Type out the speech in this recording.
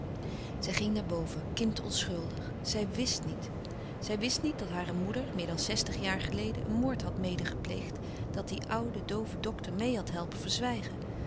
zij ging naar boven kind onschuldig zij wist niet zij wist niet dat hare moeder meer dan zestig jaar geleden een moord had medegepleegd dat die oude doove dokter meê had helpen verzwijgen